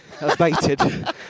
abated